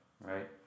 Right